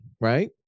right